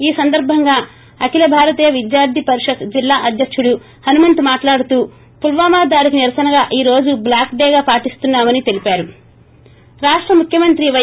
ఈ సందర్బంగా అఖిల భారతీయ విద్యార్ది పరిషత్ జిల్లా అధ్యక్షుడు హనుమంతు మాట్లాడుతూ పుల్యామా దాడికి నిరసనగా ఈ రోజు బ్లాక్ డే గా పాటిస్తున్నా మని తెలిపారు రాష్ణ ముఖ్యమంత్రి పై